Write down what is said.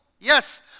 Yes